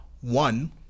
One